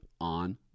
on